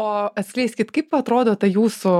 o atskleiskit kaip atrodo ta jūsų